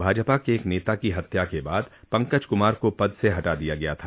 भाजपा के एक नेता की हत्या के बाद पंकज कुमार को पद से हटा दिया गया था